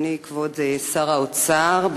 אדוני כבוד שר האוצר,